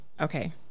Okay